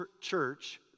church